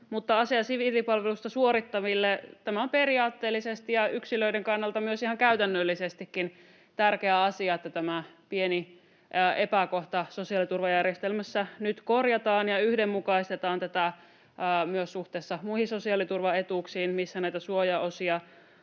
mutta ase- ja siviilipalvelusta suorittaville on periaatteellisesti ja yksilöiden kannalta myös ihan käytännöllisestikin tärkeä asia, että tämä pieni epäkohta sosiaaliturvajärjestelmässä nyt korjataan ja yhdenmukaistetaan tätä myös suhteessa muihin sosiaaliturvaetuuksiin, missä näitä suojaosia